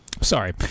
Sorry